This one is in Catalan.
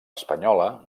espanyola